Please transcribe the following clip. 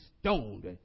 stoned